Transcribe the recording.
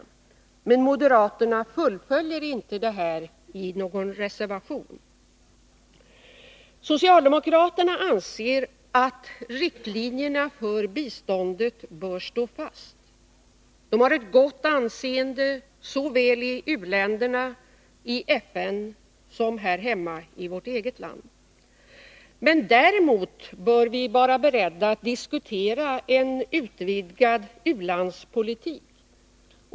Men moderaterna fullföljer inte dessa tankegångar i någon reservation. Socialdemokraterna anser att riktlinjerna för biståndet bör stå fast. De har ett gott anseende såväl i u-länderna och i FN som i vårt eget land. Men däremot bör vi vara beredda att diskutera en vidgad u-landspolitik.